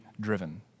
driven